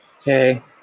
Okay